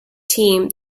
team